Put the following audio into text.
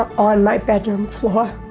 on my bedroom floor.